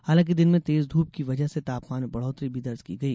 हालांकि दिन में तेज धूप की वजह से तापमान में बढ़ौतरी भी दर्ज की गई